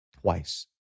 twice